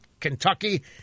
Kentucky